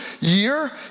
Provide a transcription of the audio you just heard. year